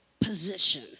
position